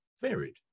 varied